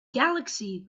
galaxy